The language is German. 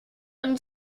eine